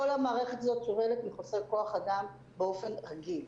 כל המערכת הזאת סובלת מחוסר כוח אדם באופן רגיל.